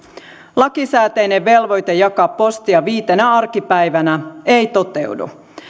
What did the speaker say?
lakisääteinen velvoite jakaa postia viitenä arkipäivänä ei toteudu